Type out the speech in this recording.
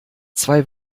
zwei